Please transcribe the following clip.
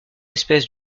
espèce